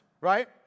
right